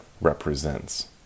represents